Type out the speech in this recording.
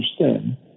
understand